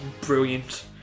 brilliant